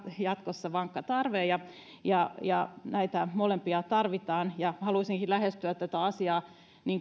jatkossa vankka tarve näitä molempia tarvitaan haluaisinkin lähestyä tätä asiaa